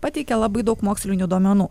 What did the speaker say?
pateikia labai daug mokslinių duomenų